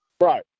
Right